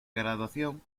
graduación